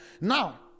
Now